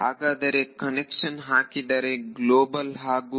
ವಿದ್ಯಾರ್ಥಿ ಹಾಗಾದರೆ ಕನ್ವೆನ್ಷನ್ ಹಾಕಿದರೆ ಗ್ಲೋಬಲ್ ಹಾಗೂ